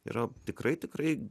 yra tikrai tikrai